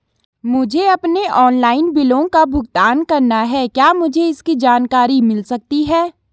मुझे अपने ऑनलाइन बिलों का भुगतान करना है क्या मुझे इसकी जानकारी मिल सकती है?